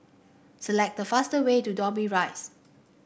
select the faster way to Dobbie Rise